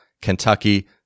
Kentucky